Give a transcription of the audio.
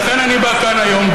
לכן אני בא לכאן היום,